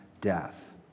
death